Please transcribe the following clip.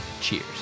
cheers